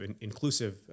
inclusive